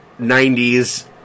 90s